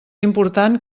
important